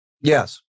Yes